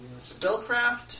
Spellcraft